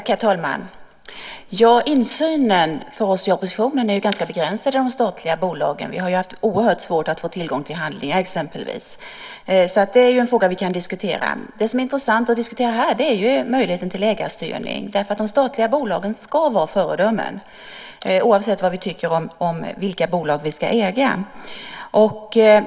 Herr talman! Insynen i de statliga bolagen för oss i oppositionen är ju ganska begränsad. Vi har exempelvis haft oerhört svårt att få tillgång till handlingar. Så den frågan kan vi diskutera. Den frågan som är intressant att diskutera här är möjligheten till ägarstyrning. De statliga bolagen ska vara föredömen, oavsett vad vi tycker om vilka bolag som staten ska äga.